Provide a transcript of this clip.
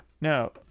No